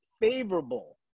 favorable